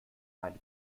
meine